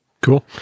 cool